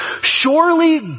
Surely